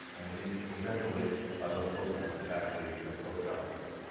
and i mean it eventually does a postmessage back to the host javascript.